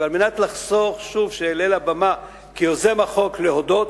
ועל מנת לחסוך עלייה שוב לבמה כיוזם החוק כדי להודות,